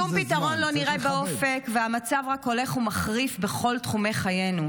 שום פתרון לא נראה באופק והמצב רק הולך ומחריף בכל תחומי חיינו.